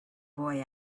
boy